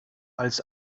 als